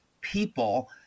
people